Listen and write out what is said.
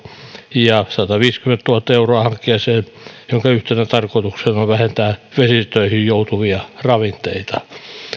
ja sataviisikymmentätuhatta euroa hankkeeseen jonka yhtenä tarkoituksena on vähentää vesistöihin joutuvia ravinteita